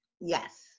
yes